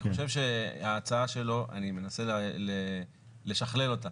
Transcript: אני חושב שההצעה שלו, אני מנסה לשכלל אותה,